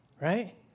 right